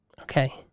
okay